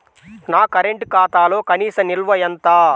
నా కరెంట్ ఖాతాలో కనీస నిల్వ ఎంత?